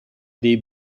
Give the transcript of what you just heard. dei